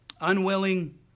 unwilling